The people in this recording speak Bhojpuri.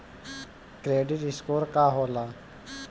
क्रेडिट स्कोर का होला?